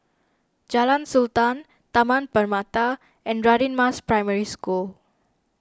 Jalan Sultan Taman Permata and Radin Mas Primary School